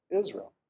Israel